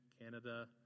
Canada